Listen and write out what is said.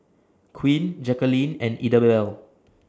Quinn Jacquelynn and Idabelle